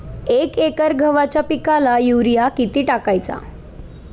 एक एकर गव्हाच्या पिकाला युरिया किती टाकायचा?